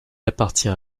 appartient